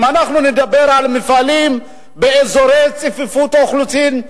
אם אנחנו נדבר על מפעלים באזורי צפיפות אוכלוסין,